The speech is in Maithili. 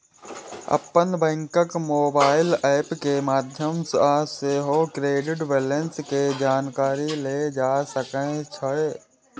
अपन बैंकक मोबाइल एप के माध्यम सं सेहो क्रेडिट बैंलेंस के जानकारी लेल जा सकै छै